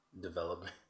development